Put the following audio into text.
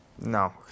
No